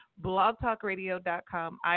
blogtalkradio.com